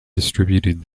distributed